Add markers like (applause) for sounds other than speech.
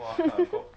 (laughs)